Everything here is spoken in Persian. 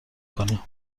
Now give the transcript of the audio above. کنی